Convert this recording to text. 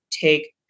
take